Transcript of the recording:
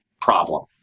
problem